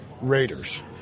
Raiders